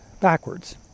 Backwards